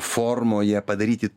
formoje padaryti